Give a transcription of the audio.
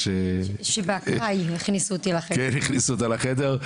שבאקראי הכניסו אותי לחדר שהכניסו אותה לחדר,